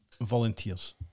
volunteers